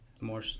more